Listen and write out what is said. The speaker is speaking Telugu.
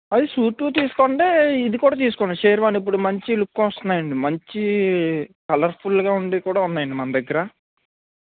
అది సూట్ తీసుకోండి ఇది కూడా తీసుకోండి శేర్వాణి ఇప్పుడు మంచి లుక్ వస్తున్నాయి అండి మంచి కలర్ఫుల్గా ఉండేవి కూడా ఉన్నాయి అండి మన దగ్గర